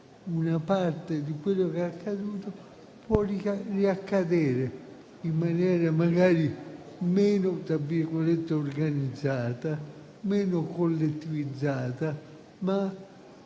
una parte di quello che è accaduto può riaccadere in maniera magari meno "organizzata", meno collettivizzata, ma